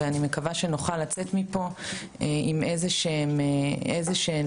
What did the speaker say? ואני מקווה שנוכל לצאת מפה עם איזשהן בשורות.